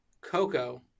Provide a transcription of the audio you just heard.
Coco